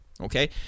Okay